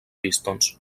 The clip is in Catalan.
pistons